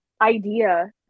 idea